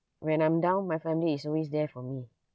when I'm down my family is always there for me